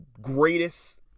Greatest